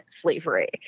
slavery